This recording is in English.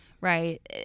Right